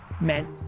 meant